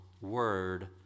word